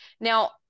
Now